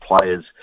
players